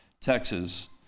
Texas